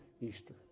Easter